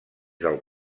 dels